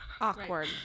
awkward